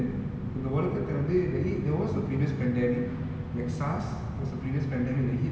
we we thought we were prepared we were definitely not prepared for this large of a scale of a pandemic epitome